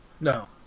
No